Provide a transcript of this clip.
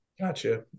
gotcha